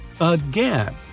Again